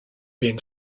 being